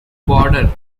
border